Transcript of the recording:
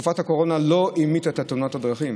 תקופת הקורונה לא המיתה את תאונות הדרכים,